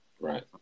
Right